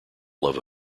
love